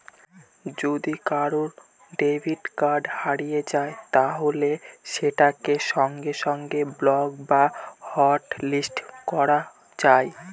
যদি কারুর debit card হারিয়ে যায় তাহলে সেটাকে সঙ্গে সঙ্গে ব্লক বা হটলিস্ট করা যায়